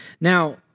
Now